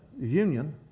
union